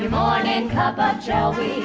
um ah and and cuppa joe-y.